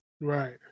Right